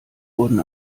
wurden